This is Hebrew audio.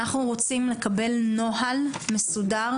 אנחנו רוצים לקבל נוהל מסודר